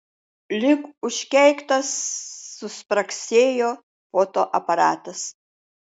lyg užkeiktas suspragsėjo fotoaparatas